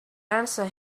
answer